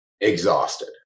exhausted